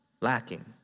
lacking